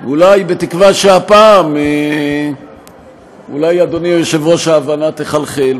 אולי בתקווה שהפעם, אדוני היושב-ראש, ההבנה תחלחל.